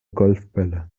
golfbälle